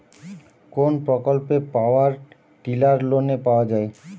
কোন প্রকল্পে power tiller লোনে পাওয়া য়ায়?